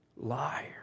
Liar